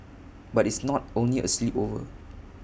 but it's not only A sleepover